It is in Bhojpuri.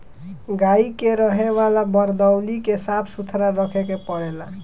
गाई के रहे वाला वरदौली के साफ़ सुथरा रखे के पड़ेला